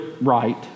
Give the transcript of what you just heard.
right